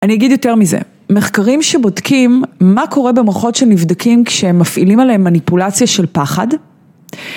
אני אגיד יותר מזה, מחקרים שבודקים מה קורה במרכאות של נבדקים כשהם מפעילים עליהם מניפולציה של פחד.